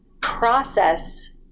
process